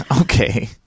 okay